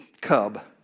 cub